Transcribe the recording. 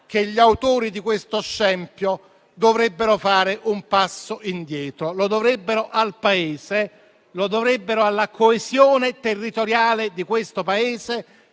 che gli autori di questo scempio dovrebbero fare un passo indietro; lo dovrebbero al Paese, lo dovrebbero alla coesione territoriale di questo Paese